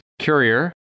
Courier